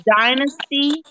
Dynasty